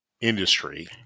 industry